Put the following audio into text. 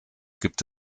gibt